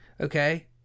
Okay